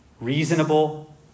Reasonable